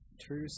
true